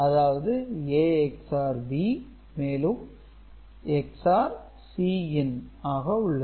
அதாவது A XOR B மேலும் XOR Cin ஆக உள்ளது